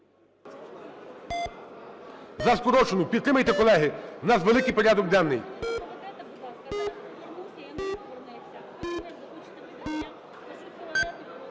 За скорочену підтримайте, колеги. В нас великий порядок денний.